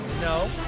No